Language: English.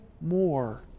more